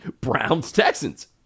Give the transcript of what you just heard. Browns-Texans